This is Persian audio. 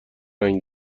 رنگ